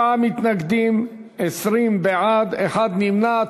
34 מתנגדים, 20 בעד, אחד נמנע.